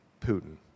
Putin